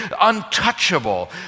untouchable